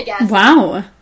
Wow